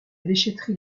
déchèterie